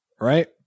right